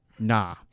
Nah